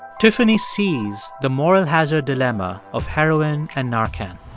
tiffany sees the moral hazard dilemma of heroin and narcan